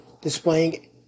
displaying